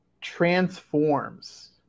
transforms